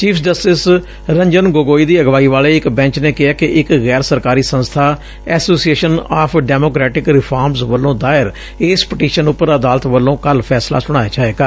chief justice Ranjan Gogoi ਦੀ ਅਗਵਾਈ ਵਾਲੇ ਇਕ ਬੈਂਚ ਨੇ ਕਿਹੈ ਕਿ ਇਕ ਗੈਰ ਸਰਕਾਰੀ ਸੰਸਬਾ ਐਸੋਸੀਏਸਨ ਆਫ਼ ਡੈਮੋਕਰੈਟਿਕ ਰਿਫਾਰਮਜ਼ ਵੱਲੋ ਦਾਇਰ ਇਸ ਪਟੀਸ਼ਨ ਉਪਰ ਅਦਾਲਤ ਵੱਲੋ ਕੱਲੁ ਫੈਸਲਾ ਸੁਣਾਇਆ ਜਾਏਗਾ